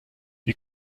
wie